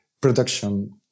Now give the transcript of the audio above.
production